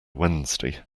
wednesday